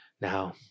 Now